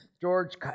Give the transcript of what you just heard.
George